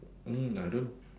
I don't